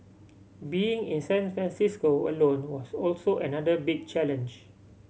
being in San Francisco alone was also another big challenge